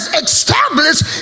established